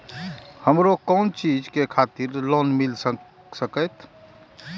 हमरो कोन चीज के खातिर लोन मिल संकेत?